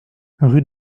rue